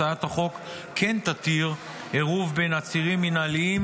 הצעת החוק כן תתיר עירוב בין עצירים מינהליים,